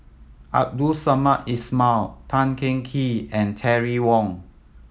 Abdul Samad Ismail Tan Teng Kee and Terry Wong